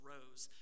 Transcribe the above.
Rose